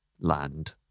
land